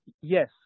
yes